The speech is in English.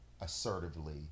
assertively